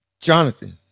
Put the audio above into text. Jonathan